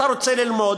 אתה רוצה ללמוד,